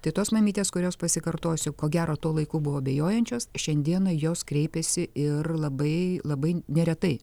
tai tos mamytės kurios pasikartosiu ko gero tuo laiku buvo abejojančios šiandieną jos kreipiasi ir labai labai neretai